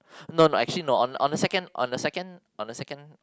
no no actually no on on the second on the second on the second